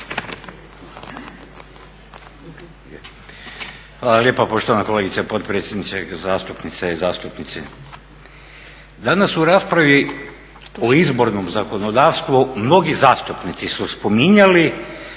Hvala lijepa poštovana kolegice potpredsjednice, zastupnice i zastupnici. Danas u raspravi o izbornom zakonodavstvu mnogi zastupnici su spominjali